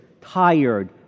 tired